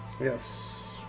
yes